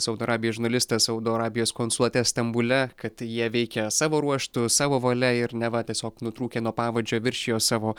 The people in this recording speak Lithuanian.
saudo arabijos žurnalistą saudo arabijos konsulate stambule kad jie veikia savo ruožtu savo valia ir neva tiesiog nutrūkę nuo pavadžio viršijo savo